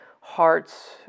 hearts